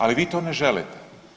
Ali vi to ne želite.